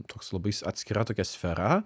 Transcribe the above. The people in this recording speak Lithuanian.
toks labai atskira tokia sfera